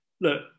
Look